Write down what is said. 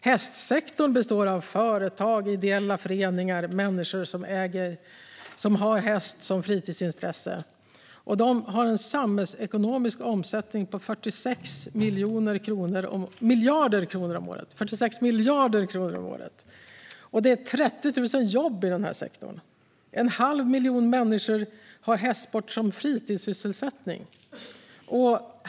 Hästsektorn består av företag, ideella föreningar och människor som äger och har häst som fritidsintresse. Den har en samhällsekonomisk omsättning på 46 miljarder kronor om året. Det finns 30 000 jobb i sektorn. En halv miljon människor har hästsport som fritidssysselsättning.